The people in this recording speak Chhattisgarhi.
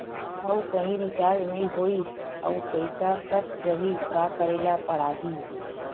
आऊ कहीं रिचार्ज नई होइस आऊ पईसा कत जहीं का करेला पढाही?